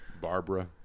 Barbara